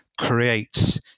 creates